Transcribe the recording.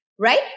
Right